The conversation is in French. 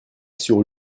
sur